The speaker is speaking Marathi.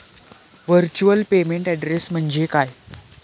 व्हर्च्युअल पेमेंट ऍड्रेस म्हणजे काय?